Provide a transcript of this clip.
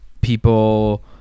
people